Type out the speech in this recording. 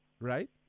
right